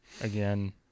again